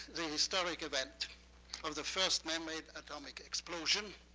the historic event of the first man-made atomic explosion,